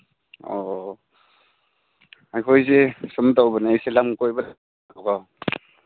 ꯑꯧ ꯑꯩꯈꯣꯏꯁꯦ ꯁꯨꯝ ꯇꯧꯕꯅꯦ ꯁꯤ ꯂꯝ ꯀꯣꯏꯕ ꯂꯥꯛꯄꯀꯣ